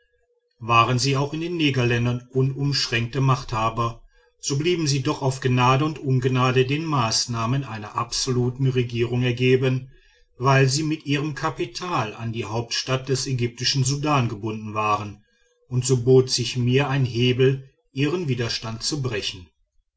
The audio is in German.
waren sie auch in den negerländern unumschränkte machthaber so blieben sie doch auf gnade und ungnade den maßnahmen einer absoluten regierung ergeben weil sie mit ihrem kapital an die hauptstadt des ägyptischen sudan gebunden waren und so bot sich mir ein hebel ihren widerstand zu brechen